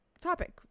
topic